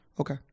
Okay